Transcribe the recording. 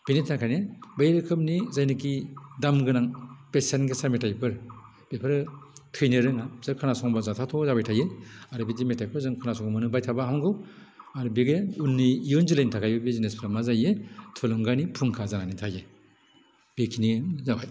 बिनि थाखायनो बै रोखोमनि जायनाकि दामगोनां बेसेनगोसा मेथाइफोर बेफोरो थैनो रोङा बिसोरो खोनासंबा जाथावथाव जाबाय थायो आरो बिदि मेथाइखौ खोनासंनो मोनबाय थाबा हामगौ आरो बिदिनो उननि इयुन जोलैनि थाखाय बेबायदि जिनिसफ्रा मा जायो थुलुंगानि फुंखा जानानै थायो बेखिनियानो जाबाय